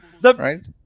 Right